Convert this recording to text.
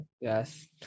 yes